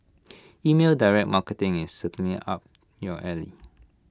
email direct marketing is certainly up your alley